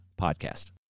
podcast